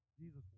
Jesus